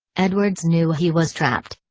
edwards knew he was trapped.